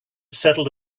settled